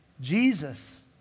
Jesus